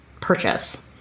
purchase